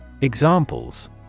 Examples